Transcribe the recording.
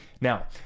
Now